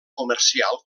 comercial